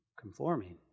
conforming